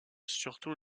surtout